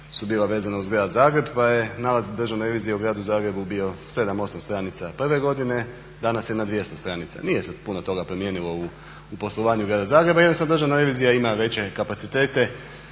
su bila vezana uz Grad Zagreb pa je nalaz državne revizije u Gradu Zagrebu bio 7, 8 stranica prve godine, danas je na 200 stranica. Nije se puno toga promijenilo u poslovanju Grada Zagreba. Jednostavno državna revizija ima veće kapacitete,